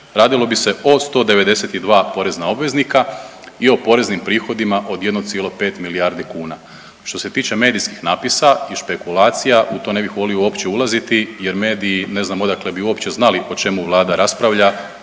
radilo bi se o 192 porezna obveznika i o poreznim prihodima od 1,5 milijardi kuna. Što se tiče medijskih napisa i špekulacija, u to ne bih volio uopće ulaziti jer mediji, ne znam odakle bi uopće znali o čemu Vlada raspravlja